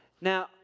Now